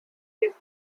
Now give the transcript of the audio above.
width